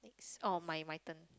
oh my my turn